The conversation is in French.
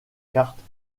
cartes